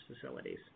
facilities